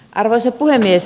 arvoisa puhemies